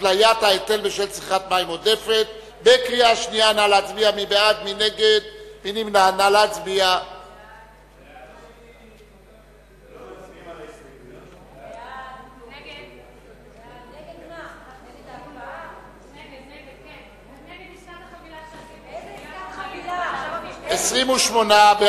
התש"ע 2009. סעיפים 1 7 נתקבלו.